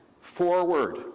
forward